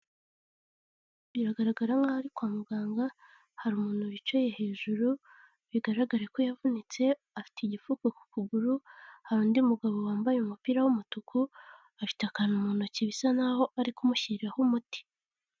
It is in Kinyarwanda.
Biragaragara nkaho ari kwa muganga, hari umuntu wicaye hejuru bigaragare ko yavunitse, afite igipfuko ku kuguru, hari undi mugabo wambaye umupira w'umutuku, afite akantu mu ntoki bisa naho ari kumushyiriraho umuti.